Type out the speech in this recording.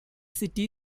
city